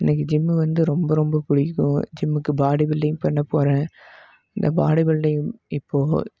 எனக்கு ஜிம்மு வந்து ரொம்ப ரொம்ப பிடிக்கும் ஜிம்முக்கு பாடி பில்டிங் பண்ணபோகிறேன் இந்த பாடி பில்டிங் இப்போது